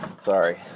sorry